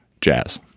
Jazz